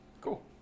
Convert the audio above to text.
Cool